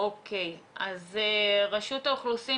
רשות האוכלוסין.